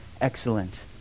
excellent